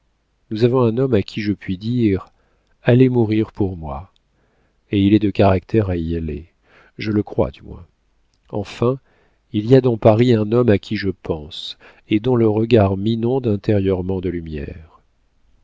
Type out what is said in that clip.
nous avons un homme à qui je puis dire allez mourir pour moi et il est de caractère à y aller je le crois du moins enfin il y a dans paris un homme à qui je pense et dont le regard m'inonde intérieurement de lumière